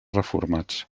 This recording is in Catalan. reformats